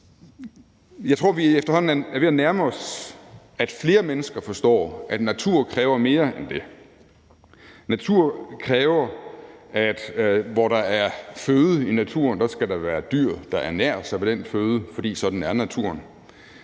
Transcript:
Jeg tror, vi efterhånden er ved at nærme os, at flere mennesker forstår, at natur kræver mere end det. Natur kræver, at hvor der er føde i naturen, skal der være dyr, der ernærer sig ved den føde, for sådan er naturen.